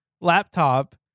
laptop